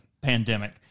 pandemic